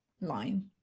line